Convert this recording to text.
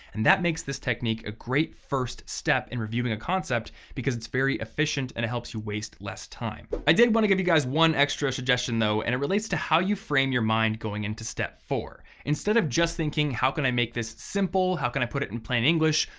and that makes this technique a great first step in reviewing a concept because it's very efficient and it helps you waste less time. but i did want to give you guys one extra suggestion though, and it relates to how you frame your mind going into step four. instead of just thinking how can i make this simple, how can i put it in plain english,